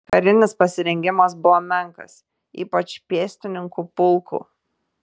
karinis pasirengimas buvo menkas ypač pėstininkų pulkų